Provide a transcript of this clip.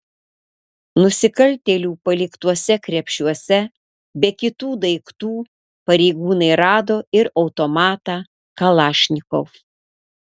nusikaltėlių paliktuose krepšiuose be kitų daiktų pareigūnai rado ir automatą kalašnikov